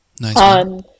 Nice